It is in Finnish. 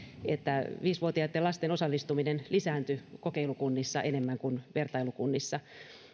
että viisi vuotiaitten lasten osallistuminen lisääntyi kokeilukunnissa enemmän kuin vertailukunnissa